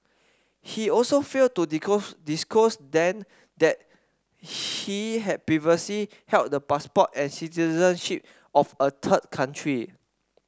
he also failed to disclose then that he had previously held the passport and citizenship of a third country